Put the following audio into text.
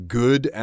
good